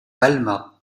balma